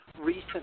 recent